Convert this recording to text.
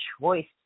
choice